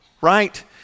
right